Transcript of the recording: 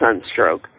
sunstroke